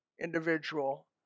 individual